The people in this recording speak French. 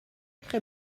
très